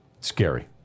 scary